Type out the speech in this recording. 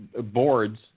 boards